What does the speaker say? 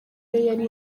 yari